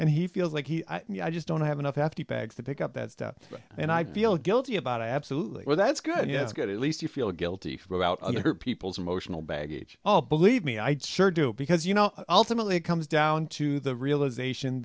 and he feels like he i just don't have enough after bags to pick up that stuff and i feel guilty about it absolutely so that's good yes good at least you feel guilty about other people's emotional baggage oh believe me i'd sure do it because you know ultimately it comes down to the realization